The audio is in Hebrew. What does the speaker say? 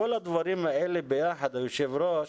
כל הדברים האלה ביחד, היושב-ראש,